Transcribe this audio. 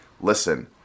listen